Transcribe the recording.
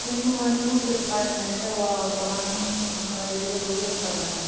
మేము honeymoon trip అండి అంటే ఒక వన్ ఒక ఏడు రోజులు ఉంటాం మ్యాడమ్